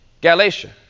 Galatia